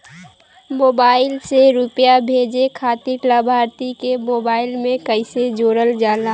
Mobile से रूपया भेजे खातिर लाभार्थी के मोबाइल मे कईसे जोड़ल जाला?